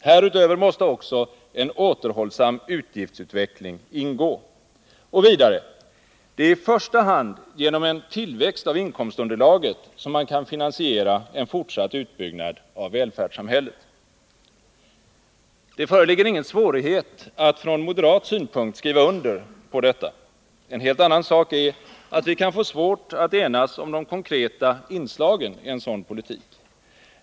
Härutöver måste också en återhållsam utgiftsutveckling ingå ---.” Och vidare: ”Det är i första hand genom en tillväxt av inkomstunderlaget som man kan finansiera en fortsatt utbyggnad av välfärdssamhället” Det föreligger ingen svårighet att från moderat synpunkt skriva under på detta. En helt annan sak är att vi kan få svårt att enas om de konkreta inslagen i en sådan politik.